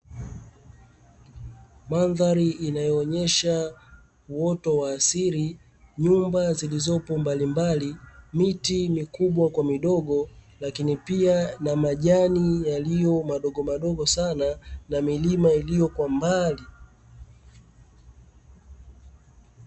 Mandhari inayoonyesha uoto wa asili, nyumba zilizopo mbalimbali, miti mikubwa kwa midogo lakini pia majani yaliyo madogomadogo sana na milima iliyo kwa mbali.